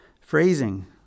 phrasing